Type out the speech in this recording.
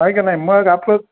आहे का नाही मग असं